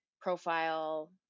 profile